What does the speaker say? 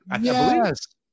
yes